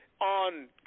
on